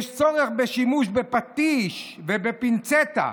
יש צורך בשימוש בפטיש ובפינצטה.